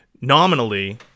Nominally